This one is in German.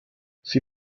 sie